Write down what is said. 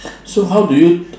so how do you